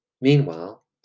Meanwhile